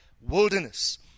wilderness